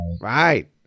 right